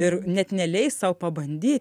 ir net neleis sau pabandyt